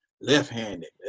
left-handed